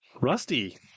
Rusty